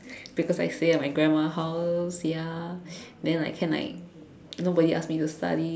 because I stay at my grandma house ya then like can like nobody ask me to study